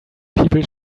people